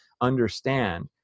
understand